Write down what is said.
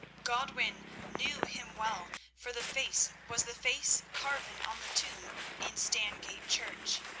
godwin knew him well, for the face was the face carven on the tomb in stangate church,